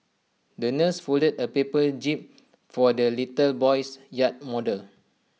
the nurse folded A paper jib for the little boy's yacht model